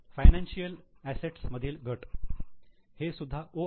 financial assets मधील घट हे सुद्धा 'O' आहे